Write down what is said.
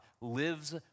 lives